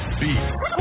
beat